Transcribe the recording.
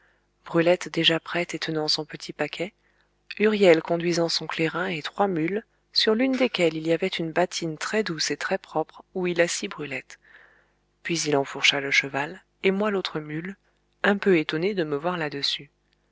brulette déjà prête et tenant son petit paquet huriel conduisant son clairin et trois mules sur l'une desquelles il y avait une bâtine très-douce et très-propre où il assit brulette puis il enfourcha le cheval et moi l'autre mule un peu étonné de me voir là-dessus